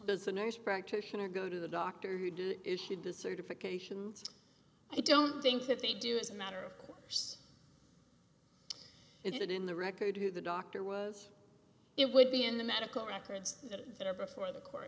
the nurse practitioner go to the doctor who do issued the certification i don't think that they do as a matter of course it in the record who the doctor was it would be in the medical records that are before the court